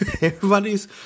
Everybody's